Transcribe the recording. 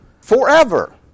forever